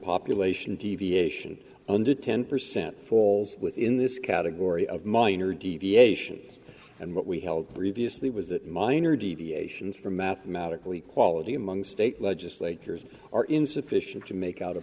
population deviation under ten percent falls within this category of minor deviations and what we held previously was that minor deviations from mathematically quality among state legislatures are insufficient to make out